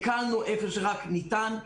הקלנו איפה שרק ניתן.